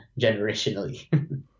generationally